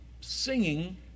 singing